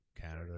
Canada